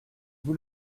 vous